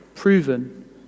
proven